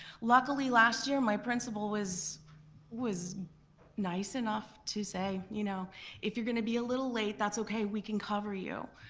luckily, last year my principal was was nice enough to say, you know if you're gonna be a little late that's okay we can cover you.